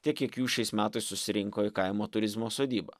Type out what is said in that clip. tiek kiek jų šiais metais susirinko į kaimo turizmo sodybą